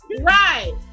Right